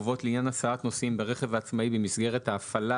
חובות לעניין הסעת נוסעים ברכב העצמאי במסגרת ההפעלה.